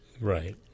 Right